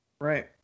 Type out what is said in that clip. right